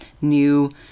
new